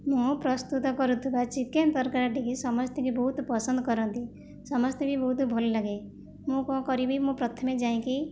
ମୋ ପ୍ରସ୍ତୁତ କରୁଥିବା ଚିକେନ ତରକାରୀଟିକୁ ସମସ୍ତଙ୍କୁ ବହୁତ ପସନ୍ଦ କରନ୍ତି ସମସ୍ତେ ବି ବହୁତ ଭଲ ଲାଗେ ମୁଁ କଣ କରିବି ମୁଁ ପ୍ରଥମେ ଯାଇଁକି